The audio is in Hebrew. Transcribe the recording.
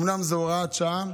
אומנם זו הוראת שעה,